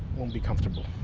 won't be comfortable.